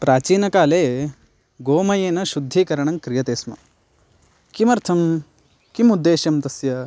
प्राचीनकाले गोमयेन शुद्धीकरणं क्रियते स्म किमर्थं किम् उद्देशं तस्य